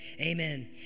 amen